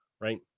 right